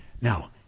Now